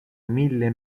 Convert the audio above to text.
mille